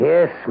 Yes